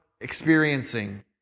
experiencing